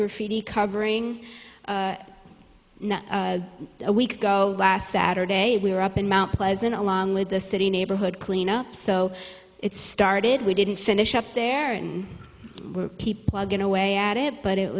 first covering a week ago last saturday we were up in mt pleasant along with the city neighborhood cleanup so it started we didn't finish up there and keep plugging away at it but it